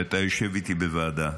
ואתה יושב איתי בוועדה,